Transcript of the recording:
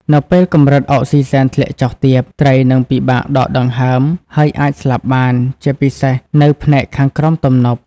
នៅពេលកម្រិតអុកសុីសែនធ្លាក់ចុះទាប ត្រីនឹងពិបាកដកដង្ហើម ហើយអាចស្លាប់បាន ជាពិសេសនៅផ្នែកខាងក្រោមទំនប់។